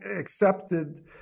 accepted